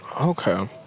Okay